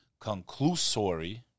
Conclusory